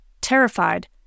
Terrified